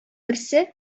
берсе